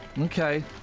Okay